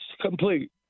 complete